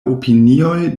opinioj